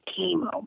chemo